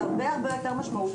היא הרבה יותר משמעותית.